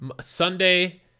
sunday